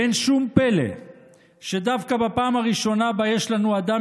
ואין שום פלא שדווקא בפעם הראשונה שבה יש לנו אדם